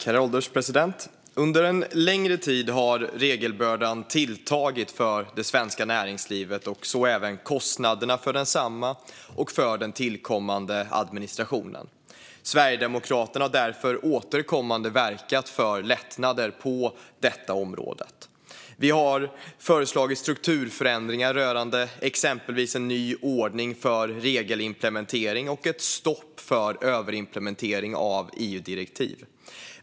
Herr ålderspresident! Under en längre tid har regelbördan tilltagit för det svenska näringslivet, så även kostnaderna för densamma och för den tillkommande administrationen. Sverigedemokraterna har därför återkommande verkat för lättnader på detta område. Vi har föreslagit strukturförändringar rörande exempelvis en ny ordning för regelimplementering och ett stopp för överimplementering av EU-direktiv.